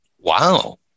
Wow